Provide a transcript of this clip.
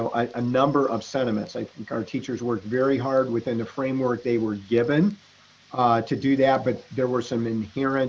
ah number of sentiments. i think our teachers worked very hard within the framework they were given to do that, but there were some inherent